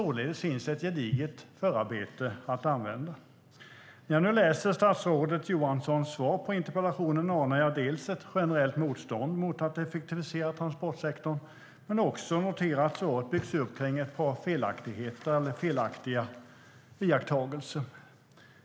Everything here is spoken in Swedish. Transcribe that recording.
Således finns det ett gediget förarbete att använda. När jag lyssnar på statsrådet Johanssons svar på interpellationen anar jag ett generellt motstånd mot att effektivisera transportsektorn, men jag noterar också att svaret byggs upp kring ett par felaktigheter eller felaktiga iakttagelser.